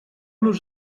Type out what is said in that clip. los